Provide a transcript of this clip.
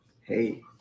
hey